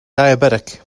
diabetic